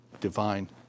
Divine